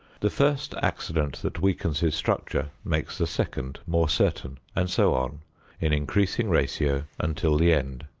the first accident that weakens his structure makes the second more certain and so on in increasing ratio until the end.